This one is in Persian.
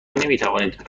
نمیتوانید